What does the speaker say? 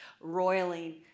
roiling